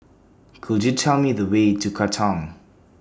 Could YOU Tell Me The Way to Katong